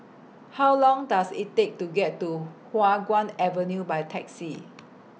How Long Does IT Take to get to Hua Guan Avenue By Taxi